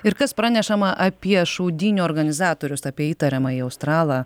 ir kas pranešama apie šaudynių organizatorius apie įtariamąjį australą